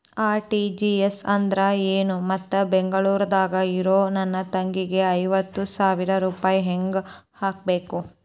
RTGS ಅಂದ್ರ ಏನು ಮತ್ತ ಬೆಂಗಳೂರದಾಗ್ ಇರೋ ನನ್ನ ತಂಗಿಗೆ ಐವತ್ತು ಸಾವಿರ ರೂಪಾಯಿ ಹೆಂಗ್ ಹಾಕಬೇಕು?